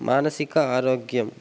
మానసిక ఆరోగ్యం